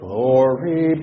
Glory